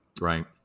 Right